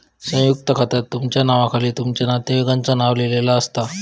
संयुक्त खात्यात तुमच्या नावाखाली तुमच्या नातेवाईकांचा नाव लिहिलेला असता